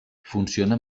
funciona